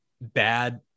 bad